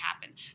happen